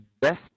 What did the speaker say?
best